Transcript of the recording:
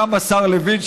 גם השר לוין,